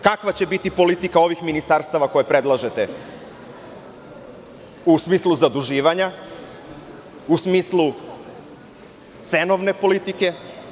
Kakva će biti politika ovih ministarstava koja predlažete u smislu zaduživanja, u smislu cenovne politike.